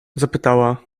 zapytała